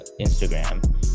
Instagram